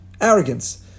Arrogance